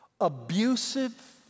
abusive